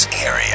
area